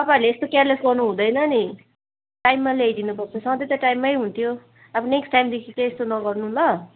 तपाईँहरूले यस्तो केयरलेस् गर्नु हुँदैन नि टाइममा ल्याइदिनु प सधैँ त टाइममै हुन्थ्यो अब नेक्स्ट टाइमदेखि चाहिँ यस्तो नगर्नु ल